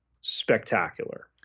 spectacular